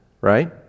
right